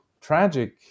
tragic